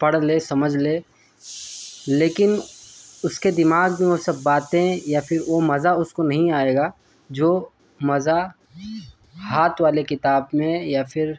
پڑھ لے سمجھ لے لیکن اس کے دماغ میں وہ سب باتیں یا پھر وہ مزہ اس کو نہیں آئے گا جو مزہ ہاتھ والی کتاب میں یا پھر